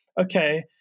okay